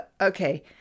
okay